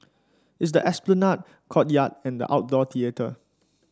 it's the Esplanade courtyard and outdoor theatre